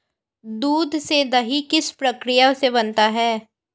दूध से दही किस प्रक्रिया से बनता है?